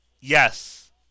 Yes